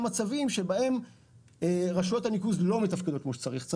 מצבים שבהם רשויות הניקוז לא מתפקדות כמו שצריך.